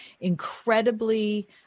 incredibly